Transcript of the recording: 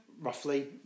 Roughly